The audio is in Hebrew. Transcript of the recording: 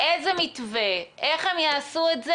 איזה מתווה, איך הם יעשו את זה?